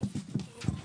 אוקי.